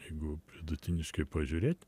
jeigu vidutiniškai pažiūrėt